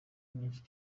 nyinshi